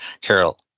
carol